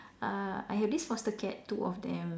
uh I have this foster cat two of them